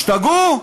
השתגעו?